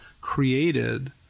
created